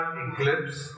eclipse